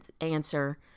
answer